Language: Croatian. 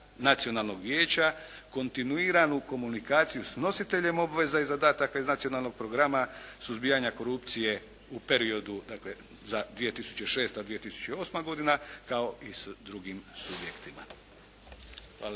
nacionalnog vijeća, kontinuiranu komunikaciju s nositeljem obveza i zadataka iz Nacionalnog programa suzbijanja korupcije u periodu dakle za 2006., 2008. godina kao i s drugim subjektima. Hvala